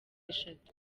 eshatu